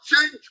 change